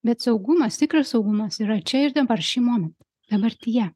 bet saugumas tikras saugumas yra čia ir dabar šį momentą dabartyje